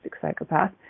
psychopath